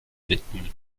widmen